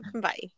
Bye